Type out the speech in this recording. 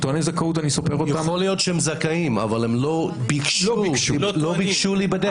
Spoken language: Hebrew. יכול להיות שהם זכאים, אבל הם לא ביקשו להיבדק.